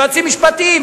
יועצים משפטיים,